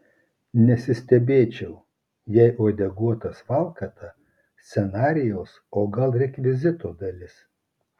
nesistebėčiau jei uodeguotas valkata scenarijaus o gal rekvizito dalis